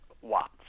watts